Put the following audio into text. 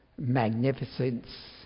magnificence